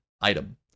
item